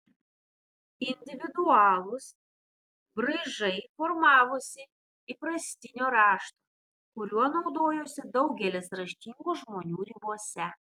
individualūs braižai formavosi įprastinio rašto kuriuo naudojosi daugelis raštingų žmonių ribose